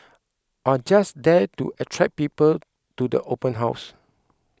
are just there to attract people to the open house